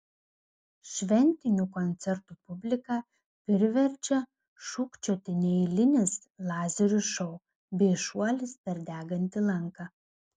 šventinių koncertų publiką priverčia šūkčioti neeilinis lazerių šou bei šuolis per degantį lanką